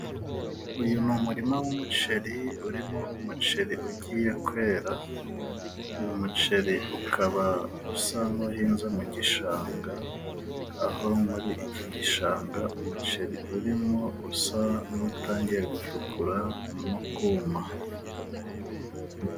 Uyu ni umurima w'umuceri urimo umuceri ugiye kwera, uyu muceri ukaba usa n'uhinze mu gishanga. Aho muri iki gishanga umuceri urimo usa n'utangiye gutukura no kuma.